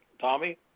Tommy